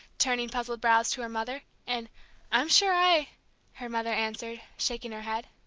turning puzzled brows to her mother, and i'm sure i her mother answered, shaking her head.